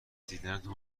دیدنتون